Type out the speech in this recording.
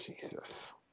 Jesus